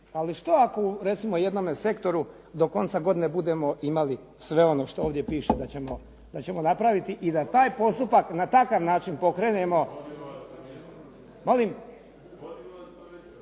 ali što ako u jednom sektoru do konca godine budemo imali sve ono što ovdje piše da ćemo napraviti i da taj postupak na takav način pokrenemo.